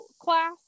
class